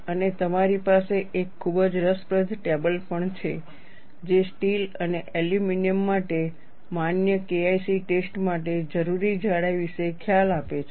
અને તમારી પાસે એક ખૂબ જ રસપ્રદ ટેબલ પણ છે જે સ્ટીલ અને એલ્યુમિનિયમ માટે માન્ય KIC ટેસ્ટો માટે જરૂરી જાડાઈ વિશે ખ્યાલ આપે છે